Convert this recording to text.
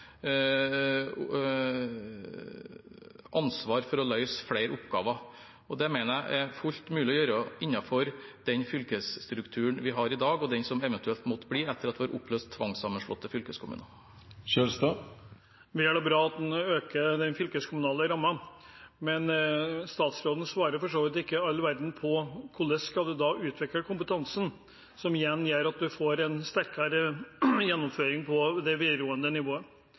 ansvar for å løse flere oppgaver. Det mener jeg er fullt mulig å gjøre innenfor den fylkesstrukturen vi har i dag, og den som eventuelt måtte bli etter at vi har oppløst tvangssammenslåtte fylkeskommuner. Det er vel og bra at man øker den fylkeskommunale rammen. Men statsråden svarer for så vidt ikke på hvordan man skal utvikle kompetansen, som igjen gjør at man får en sterkere gjennomføring på det videregående nivået.